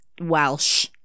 Welsh